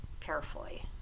carefully